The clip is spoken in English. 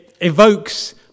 evokes